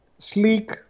sleek